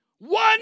One